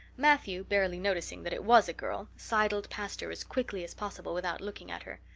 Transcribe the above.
matthew, barely noting that it was a girl, sidled past her as quickly as possible without looking at her.